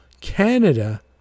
Canada